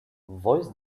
voice